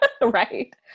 Right